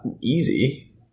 easy